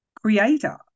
creator